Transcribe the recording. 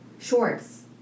shorts